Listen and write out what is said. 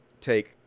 take